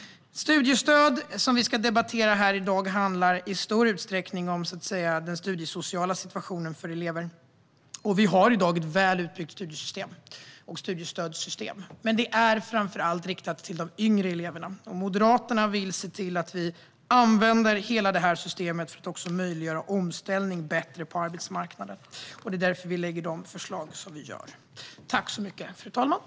Studiestöd, som vi debatterar i dag, handlar i stor utsträckning om den studiesociala situationen för elever. Vi har i dag ett väl utbyggt studiesystem och studiestödssystem, men det är framför allt riktat till de yngre eleverna. Moderaterna vill se till att vi använder hela systemet för att bättre möjliggöra omställning på arbetsmarknaden. Det är därför vi lägger fram de här förslagen.